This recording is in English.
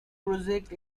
project